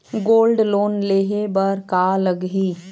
Gold loan लेहे बर का लगही?